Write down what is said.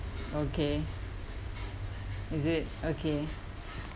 okay is it okay